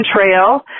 Trail